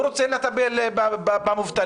הוא רוצה לטפל במובטלים,